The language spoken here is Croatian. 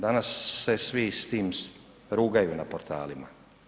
Danas se svi s tim rugaju na portalima.